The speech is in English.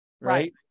Right